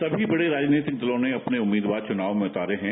सभी बड़े राजनीतिक दलों ने अपने उम्मीदवार चुनाव में उतारे हैं